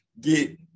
get